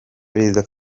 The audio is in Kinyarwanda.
perezida